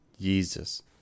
jesus